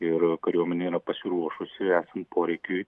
ir kariuomenė yra pasiruošusi esant poreikiui